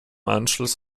anschluss